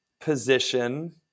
position